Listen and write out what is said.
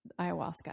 ayahuasca